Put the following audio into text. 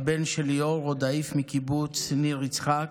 הבן של ליאור רודאיף מקיבוץ ניר יצחק,